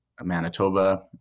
Manitoba